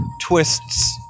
twists